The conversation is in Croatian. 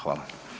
Hvala.